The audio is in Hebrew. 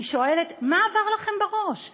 אני שואלת: מה עבר לכם בראש?